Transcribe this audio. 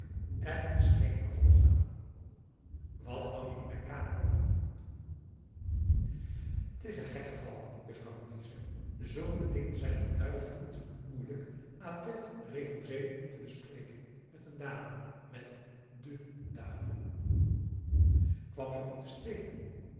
er is geen vervolg aan wat kwam je in mijn kamer doen het is een gek geval juffrouw louise zulke dingen zijn verduiveld moeilijk à t ê t e r e p o s é e te bespreken met een dame met d e dame kwam je om te stelen